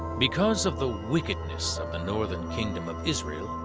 because of the wickedness of the northern kingdom of israel,